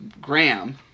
Graham